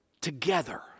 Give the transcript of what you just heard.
together